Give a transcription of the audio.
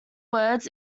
words